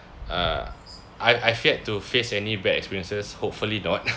uh I I have yet to face any bad experiences hopefully not